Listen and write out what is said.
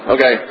Okay